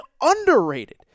underrated